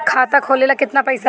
खाता खोले ला केतना पइसा लागी?